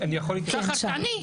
שחר תעני.